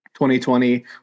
2020